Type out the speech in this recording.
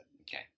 Okay